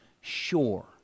sure